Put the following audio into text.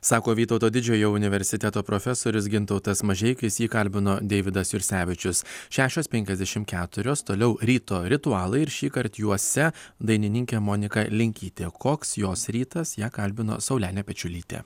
sako vytauto didžiojo universiteto profesorius gintautas mažeikis jį kalbino deividas jursevičius šešios penkiasdešimt keturios toliau ryto ritualai ir šįkart juose dainininkė monika linkytė koks jos rytas ją kalbino saulenė pečiulytė